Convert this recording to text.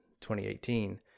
2018